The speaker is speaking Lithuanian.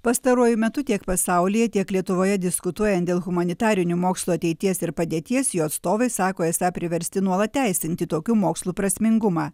pastaruoju metu tiek pasaulyje tiek lietuvoje diskutuojant dėl humanitarinių mokslų ateities ir padėties jo atstovai sako esą priversti nuolat teisinti tokių mokslų prasmingumą